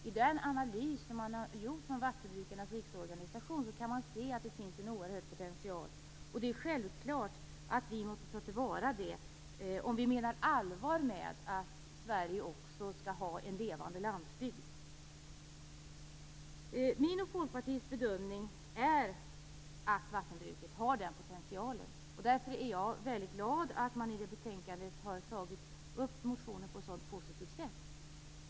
I den analys som Vattenbrukarnas riksorganisation har gjort kan man se att det finns en oerhörd potential. Det är självklart att vi måste ta till vara den om vi menar allvar med att Sverige också skall ha en levande landsbygd. Min och Folkpartiets bedömning är att vattenbruket har den potentialen. Därför är jag mycket glad för att man i betänkandet har tagit upp motionen på ett sådant positivt sätt.